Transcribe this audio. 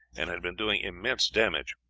and had been doing immense damage.